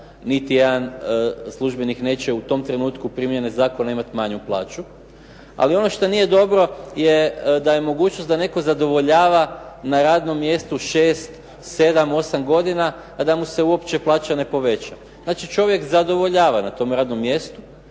niti jedan službenik neće u tom trenutku primjene zakona imati manju plaću. Ali ono što nije dobro je da je mogućnost da netko zadovoljava na radnom mjestu šest, sedam, osam godina a da mu se uopće plaća ne poveća. Znači, čovjek zadovoljava na tom radnom mjestu.